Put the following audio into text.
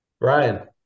Ryan